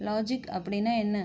logic அப்படின்னா என்ன